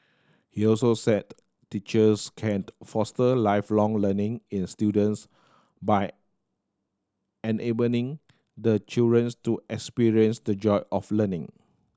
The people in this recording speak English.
he also said teachers can't foster Lifelong Learning in students by enabling the children to experience the joy of learning